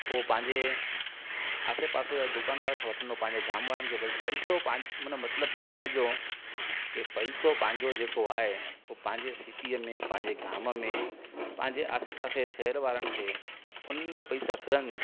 ओ पंहिंजे आसे पासे जी दुकानु वारनि खे वठंदो पंहिंजे घाम वारनि पैसो मतिलब चवण जो के पैसो पंहिंजो जेको आहे ओ पंहिंजे सिटीअ में पंहिंजे घाम में पंहिंजे आसे पासे शहर वारनि खे उनमें पैसा फिरनि